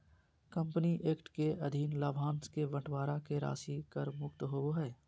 company act के अधीन लाभांश के बंटवारा के राशि कर मुक्त होबो हइ